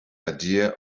idea